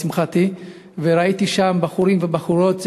ולשמחתי ראיתי שם בחורים ובחורות,